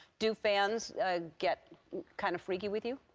do fans get kind of freaky with you?